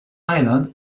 island